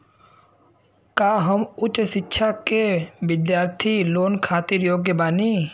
का हम उच्च शिक्षा के बिद्यार्थी लोन खातिर योग्य बानी?